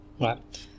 right